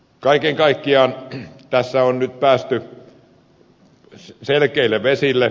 kaiken kaikkiaan tässä on nyt päästy selkeille vesille